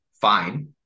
fine